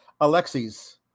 Alexis